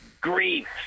grief